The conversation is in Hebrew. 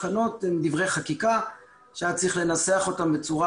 תקנות הן דברי חקיקה שהיה צריך לנסח אותן בצורה